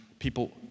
people